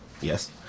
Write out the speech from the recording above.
yes